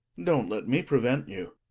don't let me prevent you.